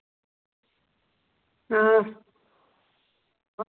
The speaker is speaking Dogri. हां